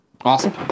Awesome